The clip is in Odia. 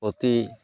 ଅତି